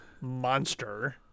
monster